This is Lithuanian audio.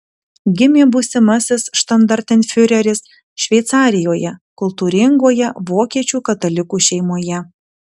gimė būsimasis štandartenfiureris šveicarijoje kultūringoje vokiečių katalikų šeimoje